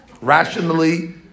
rationally